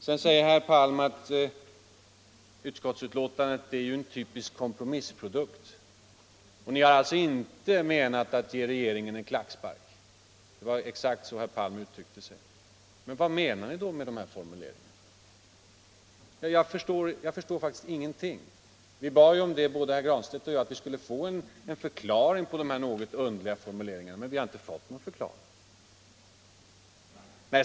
Sedan säger herr Palm att utskottsbetänkandet är en typisk kompromissprodukt och att ni inte har menat att ge regeringen en klackspark. Det var så herr Palm uttryckte sig. Men vad menar ni då med de här formuleringarna? Jag förstår ingenting. Både herr Granstedt och jag bad ju om en förklaring på de här något underliga formuleringarna, men vi har inte fått någon.